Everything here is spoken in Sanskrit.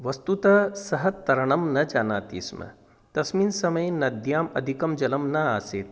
वस्तुतः सः तरणं न जानाति स्म तस्मिन् समये नद्याम् अधिकं जलं नासीत्